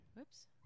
Oops